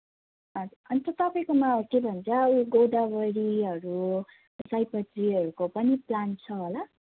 हजुर अन्त तपाईँकोमा के भन्छ यो गोदावरीहरू सयपत्रीहरूको पनि प्लान्ट छ होला